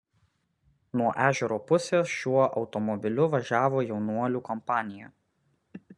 nuo ežero pusės šiuo automobiliu važiavo jaunuolių kompanija